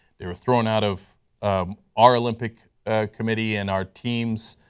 they were thrown out of our olympic committee and our teams,